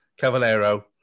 Cavalero